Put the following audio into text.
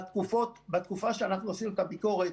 בתקופה שאנחנו עשינו את הביקורת,